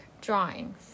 drawings